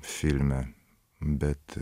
filme bet